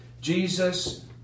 Jesus